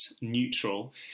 neutral